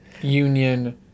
Union